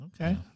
Okay